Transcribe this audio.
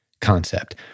concept